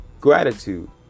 gratitude